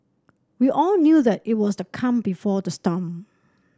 we all knew that it was the calm before the storm